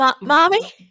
mommy